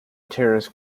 terrorist